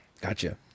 Gotcha